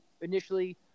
initially